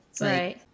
Right